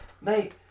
Mate